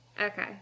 Okay